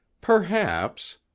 Perhaps